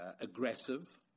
aggressive